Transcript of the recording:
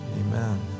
amen